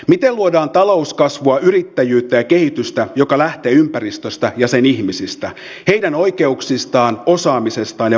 miten luodaan talouskasvua yrittäjyyttä ja kehitystä joka lähtee ympäristöstä ja sen ihmisistä heidän oikeuksistaan osaamisestaan ja vahvuuksistaan